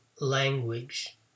language